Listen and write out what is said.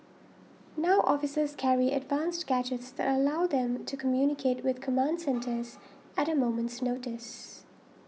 now officers carry advanced gadgets that allow them to communicate with command centres at a moment's notice